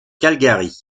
calgary